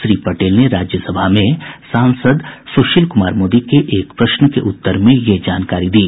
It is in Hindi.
श्री पटेल ने राज्यसभा में सांसद सुशील कुमार मोदी के एक प्रश्न के उत्तर में ये जानकारी दी